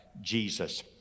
Jesus